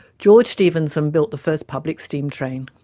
george stephenson built the first public steam train.